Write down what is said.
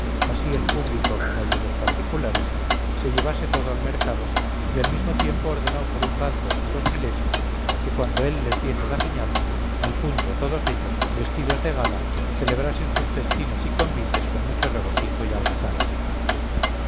así el público como el de los particulares se llevase todo al mercado y al mismo tiempo ordenó por un bando a los milesios que cuando él les diese la señal al punto todos ellos vestidos de gala celebrasen sus festines y convites con mucho regocijo y algazara